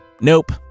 nope